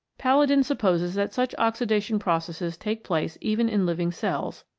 palladin supposes that such oxida tion processes take place even in living cells,